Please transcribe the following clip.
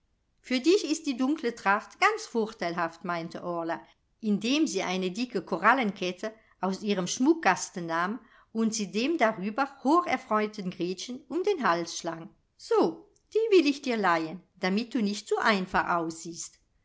für dich ist die dunkle tracht ganz vorteilhaft meinte orla indem sie eine dicke korallenkette aus ihrem schmuckkasten nahm und sie dem darüber hocherfreuten gretchen um den hals schlang so die will ich dir leihen damit du nicht zu einfach aussiehst